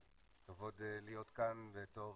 כבוד להיות כאן בתור